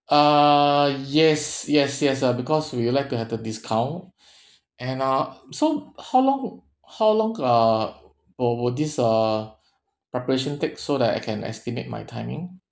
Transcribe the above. uh yes yes yes ah because we would like to have the discount and uh so how long how long uh wi~ will this uh preparation take so that I can estimate my timing